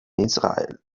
israel